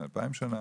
לפני אלפיים שנה,